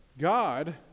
God